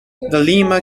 lima